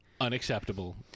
unacceptable